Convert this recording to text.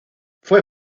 fue